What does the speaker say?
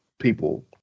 people